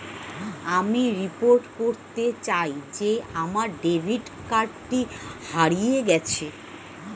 আমি রিপোর্ট করতে চাই যে আমার ডেবিট কার্ডটি হারিয়ে গেছে